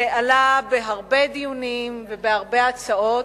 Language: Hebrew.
שעלה בהרבה דיונים ובהרבה הצעות,